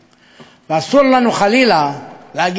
אסור לנו, חלילה, להגיע למצב